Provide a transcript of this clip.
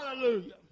Hallelujah